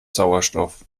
sauerstoff